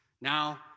Now